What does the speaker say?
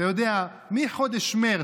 אתה יודע, מחודש מרץ,